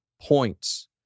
points